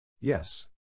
Yes